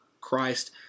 Christ